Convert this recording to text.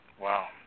Wow